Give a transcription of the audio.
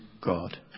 God